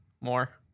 More